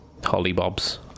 hollybobs